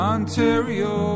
Ontario